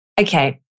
Okay